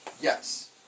Yes